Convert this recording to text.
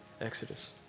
Exodus